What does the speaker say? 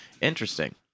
Interesting